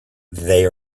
they